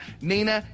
Nina